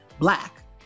black